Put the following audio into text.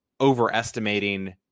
overestimating